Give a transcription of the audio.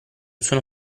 sono